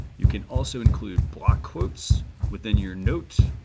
you can also include block quotes within your note.